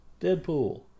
Deadpool